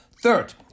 Third